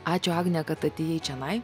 ačiū agne kad atėjai čionai